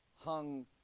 hung